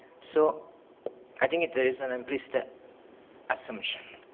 so i think that there is an implicit assumption.